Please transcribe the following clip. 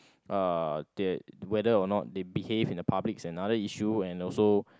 uh that whether or not they behave in the public is another issue and also